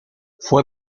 fue